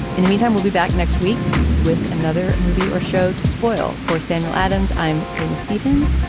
in the meantime, we'll be back next week with another movie or show to spoil for samuel adams. i'm ken stevens.